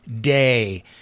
day